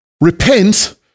Repent